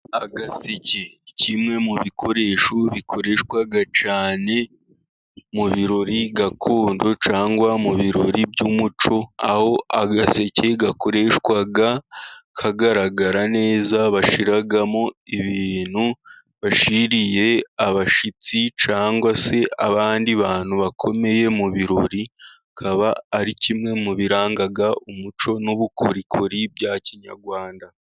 Agaseke; kimwe mu bikoresho bikoreshwa cyane mu birori gakondo cyangwa mu birori by'umuco, aho agaseke gakoreshwa kagaragara neza, bashiramo ibintu bashyiriye abashitsi, cyangwa se abandi bantu bakomeye mu birori. Bikaba ari kimwe mu biranga umuco n'ubukorikori bya kinyarwanda.